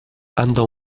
andò